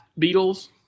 Beatles